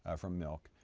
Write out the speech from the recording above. ah from milk,